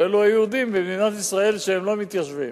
ואלו היהודים במדינת ישראל שהם לא מתיישבים.